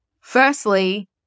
firstly